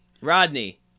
Rodney